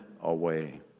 away